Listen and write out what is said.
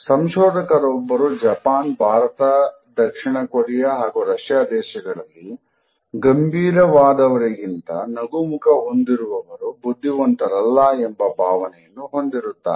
ಸಂಶೋಧಕರೊಬ್ಬರು Japan Bharat ದಕ್ಷಿಣ Korea ಹಾಗೂ Russia ದೇಶಗಳಲ್ಲಿ ಗಂಭೀರವಾದವರಿಗಿಂತ ನಗುಮುಖ ಹೊಂದಿರುವವರು ಬುದ್ಧಿವಂತರಲ್ಲ ಎಂಬ ಭಾವನೆಯನ್ನು ಹೊಂದಿರುತ್ತಾರೆ